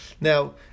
Now